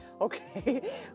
okay